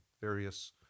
various